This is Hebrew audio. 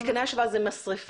מתקני השבה זה משרפה,